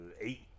eight